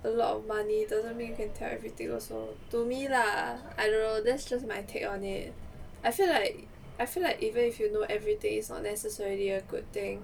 a lot of money doesn't mean you can tell everything also to me lah I don't know that's just my take on it I feel like I feel like even if you know every thing is not necessarily a good thing